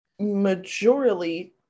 majorly